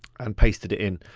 and pasted it in.